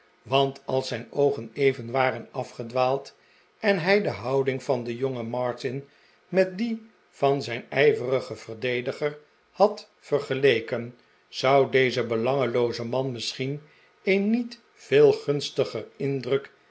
want als zijn oogen even waren afgedwaald en hij de houding van den jongen martin met die van zijn ijverigen verdediger had vergeleken zou deze belangclooze man misschien een niet veel gunstiger indruk